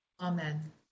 Amen